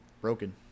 broken